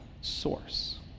source